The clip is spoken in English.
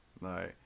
right